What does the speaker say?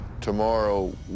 tomorrow